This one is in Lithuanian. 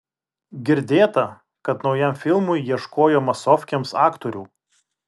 girdėta kad naujam filmui ieškojo masofkėms aktorių